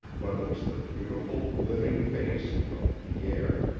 but it was the beautiful, living face of pierre.